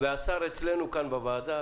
השר אצלנו כאן בוועדה,